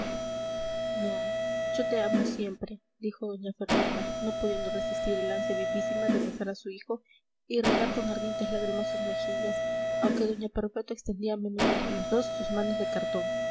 no yo te amo siempre dijo doña fermina no pudiendo resistir el ansia vivísima de besar a su hijo y regar con ardientes lágrimas sus mejillas aunque doña perpetua extendía a menudo entre los dos sus manos de cartón